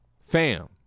fam